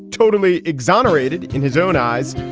totally exonerated in his own eyes,